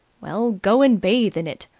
well, go and bathe in it.